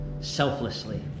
selflessly